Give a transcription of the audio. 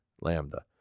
Lambda